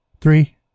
Three